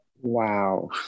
Wow